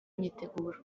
myiteguro